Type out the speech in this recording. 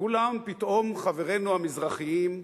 וכולם פתאום חברינו המזרחיים,